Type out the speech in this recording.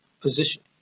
position